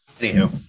Anywho